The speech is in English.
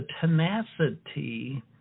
tenacity